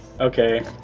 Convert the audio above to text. Okay